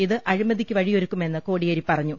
ഇത് അഴിമതിയ്ക്ക് വഴിയൊരുക്കുമെന്ന് കോടി യേരി പറഞ്ഞു